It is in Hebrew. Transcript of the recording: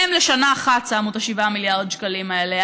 הם לשנה אחת שמו את ה-7 מיליארד שקלים האלה.